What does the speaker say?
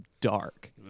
dark